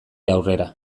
aurrera